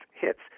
hits